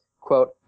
quote